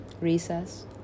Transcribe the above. recess